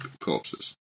corpses